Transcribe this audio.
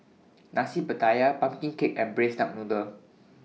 Nasi Pattaya Pumpkin Cake and Braised Duck Noodle